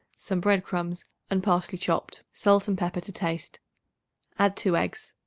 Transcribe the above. some bread-crumbs and parsley chopped, salt and pepper to taste add two eggs.